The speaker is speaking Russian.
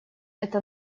это